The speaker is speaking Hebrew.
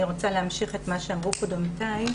אני רוצה להמשיך את מה שאמרו פה עמיתותיי.